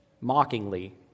mockingly